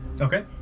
Okay